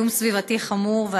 זיהום סביבתי חמור,